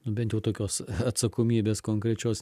nu bent jau tokios atsakomybės konkrečios